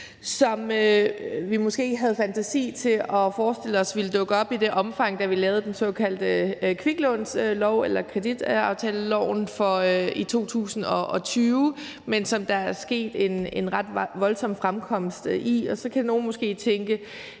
som vi måske ikke havde fantasi til at forestille os ville dukke op i det omfang, de har gjort, da vi lavede den såkaldte kviklånslov eller kreditaftalelov i 2020, men som der er sket en ret voldsom fremkomst af. Så kan nogle måske tænke: